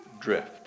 drift